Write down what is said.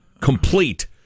complete